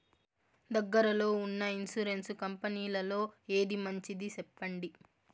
దగ్గర లో ఉన్న ఇన్సూరెన్సు కంపెనీలలో ఏది మంచిది? సెప్పండి?